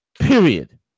Period